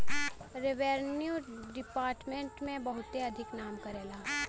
revenue department बहुते अधिक नाम करेला